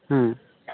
হুম